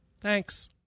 thanks